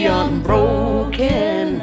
unbroken